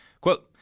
Quote